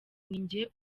ninjye